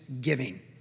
giving